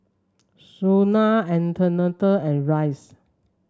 Shenna Antonetta and Rice